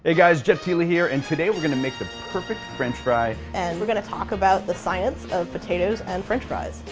ah guys, jet tila here! and today we're gonna make the perfect french fry. and, we're gonna talk about the science of potatoes and french fries.